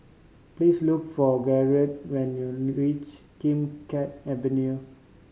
please look for when you reach Kim Keat Avenue